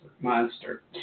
Monster